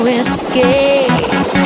escape